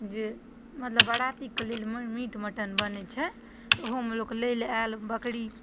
जे मतलब बारातीके लेल मीट मटन बनै छै तऽ ओहोमे लोक लै लए आयल बकरी